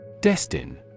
DESTIN